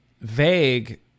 vague